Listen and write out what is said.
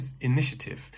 initiative